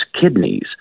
kidneys